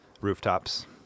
Rooftops